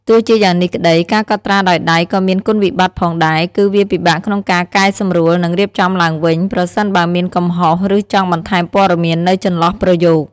ទោះជាយ៉ាងនេះក្តី ការកត់ត្រាដោយដៃក៏មាន គុណវិបត្តិ ផងដែរ គឺវា ពិបាកក្នុងការកែសម្រួល និងរៀបចំឡើងវិញ ប្រសិនបើមានកំហុស ឬចង់បន្ថែមព័ត៌មាននៅចន្លោះប្រយោគ។